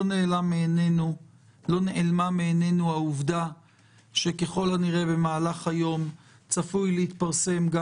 לא נעלמה מעינינו העובדה שככל הנראה במהלך היום צפוי להתפרסם גם